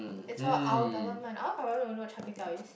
it's for our government our government would know what Char-Kway-Teow is